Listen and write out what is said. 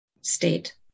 state